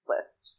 list